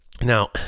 Now